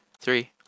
three